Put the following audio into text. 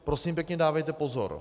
Prosím pěkně, dávejte pozor.